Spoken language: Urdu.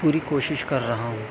پوری کوشش کررہا ہوں